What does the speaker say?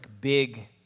big